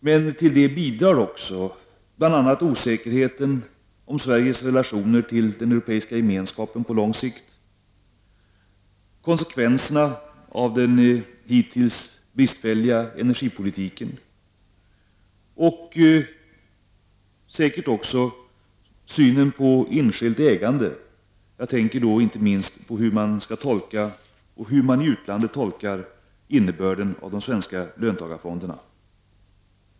Men till det bidrar också bl.a. osäkerheten om Sveriges relationer till den europeiska gemenskapen på lång sikt, konsekvenserna av den hittills bristfälliga energipolitiken och säkert också synen på enskilt ägande. Jag tänker då inte minst på hur man i utlandet tolkar innebörden av de svenska löntagarfonderna.